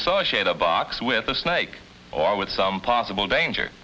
associate a box with a snake or with some possible danger